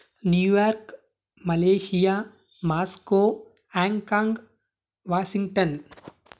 New York Malaysia Moscow Hong Kong Washington